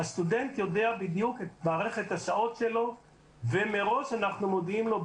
הסטודנט יודע בדיוק את מערכת השעות שלו ומראש אנחנו מודיעים לו,